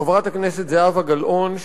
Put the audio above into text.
חברת הכנסת זהבה גלאון,